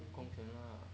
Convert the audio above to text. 很空闲 lah